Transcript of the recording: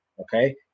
okay